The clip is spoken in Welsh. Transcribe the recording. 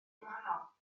gwahanol